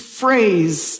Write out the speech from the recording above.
phrase